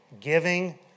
giving